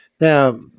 Now